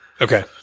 Okay